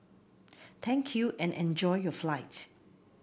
thank you and enjoy your flight